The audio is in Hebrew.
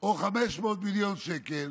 או 500 מיליון שקל